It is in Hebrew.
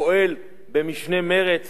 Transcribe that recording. פועל במשנה מרץ,